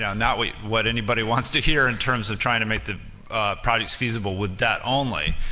yeah not what what anybody wants to hear in terms of trying to make the projects feasible with debt only,